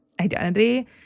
identity